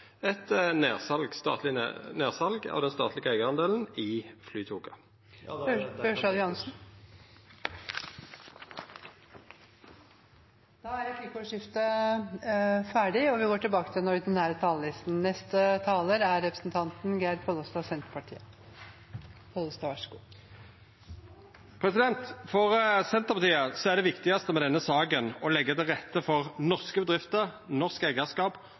eit nedsal av den statlege eigardelen i Flytoget? Ja, det kan tenkes. Replikkordskiftet er omme. For Senterpartiet er det viktigaste med denne saka å leggja til rette for norske bedrifter, norsk eigarskap